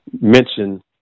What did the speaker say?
mention